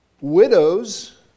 Widows